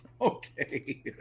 okay